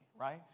right